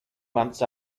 months